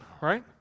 right